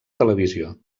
televisió